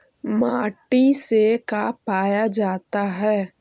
माटी से का पाया जाता है?